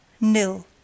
nil